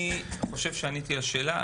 אני חושב שעניתי על השאלה.